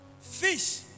Fish